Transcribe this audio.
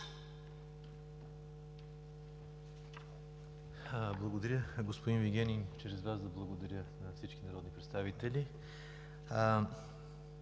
Благодаря, господин Вигенин. Чрез Вас да благодаря на всички народни представители.